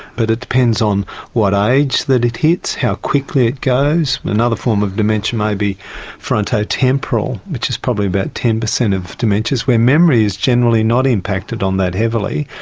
but it depends on what age that it hits, how quickly it goes. another form of dementia may be frontotemporal, which is probably about ten percent of dementias, where memory is generally not impacted on that heavily,